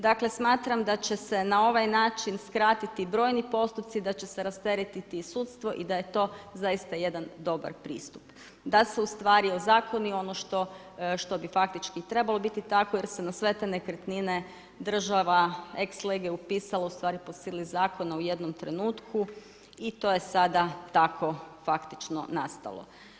Dakle smatram da će se na ovaj način skratiti brojni postupci, da će se rasteretiti sudstvo i da je to zaista jedan dobar pristup da se ozakoni ono što bi faktički trebalo biti tako jer se na sve te nekretnine država ex lege upisala po sili zakona u jednom trenutku i to je sada tako faktično nastalo.